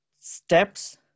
steps